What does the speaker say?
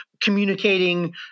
communicating